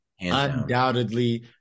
undoubtedly